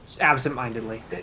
absent-mindedly